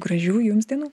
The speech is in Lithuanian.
gražių jums dienų